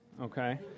okay